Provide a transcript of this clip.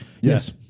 Yes